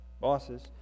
bosses